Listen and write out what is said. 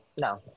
no